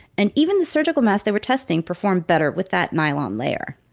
and even the surgical masks they were testing performed better with that nylon layer